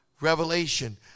Revelation